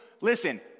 Listen